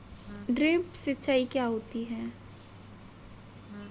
Drip सिंचाई क्या होती हैं?